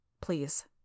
Please